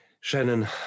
shannon